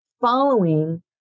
following